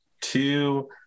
two